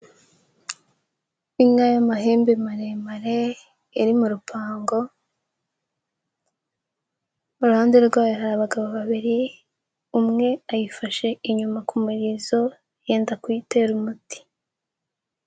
Inka y'amahembe maremare iri mu rupangu, iruhande rwayo hari abagabo babiri, umwe ayifashe inyuma ku murizo, yenda kuyitera umuti.